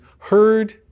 heard